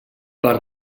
per